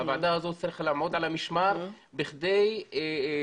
הוועדה הזאת צריכה לעמוד על המשמר כדי לעשות